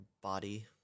body